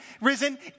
risen